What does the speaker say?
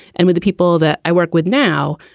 and with people that i work with now,